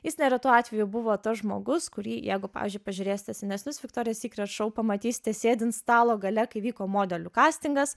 jis neretu atveju buvo tas žmogus kurį jeigu pavyzdžiui pažiūrėsite senesnius viktorijos sykret šou pamatysite sėdint stalo gale kai vyko modelių kastingas